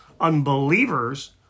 unbelievers